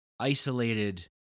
isolated